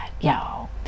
Y'all